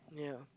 yeah